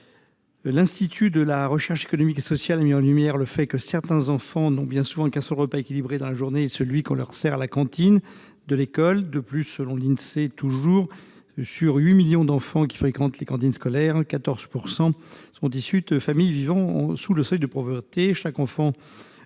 L'Institut de recherches économiques et sociales a mis en lumière le fait que certains enfants n'ont bien souvent pour tout repas équilibré dans la journée que celui qu'on leur sert à la cantine de l'école. De plus, selon l'Insee, sur les 8 millions d'enfants qui fréquentent les cantines scolaires, 14,2 % sont issus de familles vivant sous le seuil de pauvreté. Chaque enfant